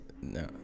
No